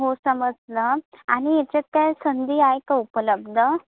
हो समजलं आणि याच्यात काय संधी आहे का उपलब्ध